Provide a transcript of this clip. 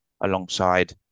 alongside